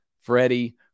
Freddie